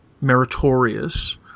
Meritorious